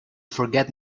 forget